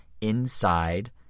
inside